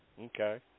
Okay